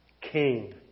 king